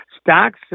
Stocks